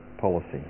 policy